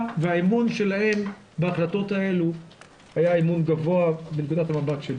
והאמון שלהם בהחלטות האלה היה אמון גבוה מנקודת המבט שלי.